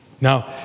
Now